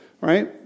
right